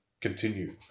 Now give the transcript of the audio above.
continue